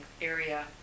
area